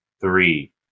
three